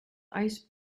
ice